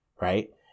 Right